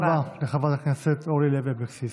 תודה רבה לחברת הכנסת אורלי לוי אבקסיס.